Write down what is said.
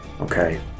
Okay